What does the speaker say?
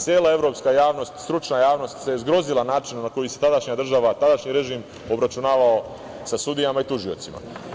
Cela evropska javnost, stručna javnost se zgrozila načinom na koji se tadašnja država, tadašnji režim obračunavao sa sudijama i tužiocima.